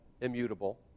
immutable